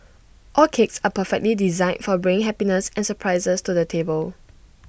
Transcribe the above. all cakes are perfectly designed for bringing happiness and surprises to the table